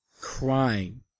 crying